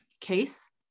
case